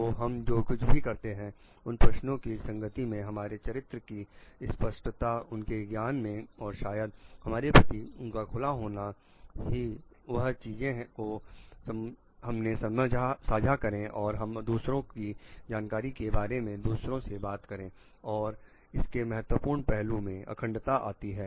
तो हम जो कुछ भी करते हैं उन प्रश्नों की संगति मे हमारे चरित्र की स्पष्टता उनके ज्ञान में और शायद हमारे प्रति उनका खुला होना कि वह चीजों को हमसे साझा करें और दूसरों की जानकारी के बारे में दूसरों से बात करें और इसके महत्वपूर्ण पहलू में अखंडता आती है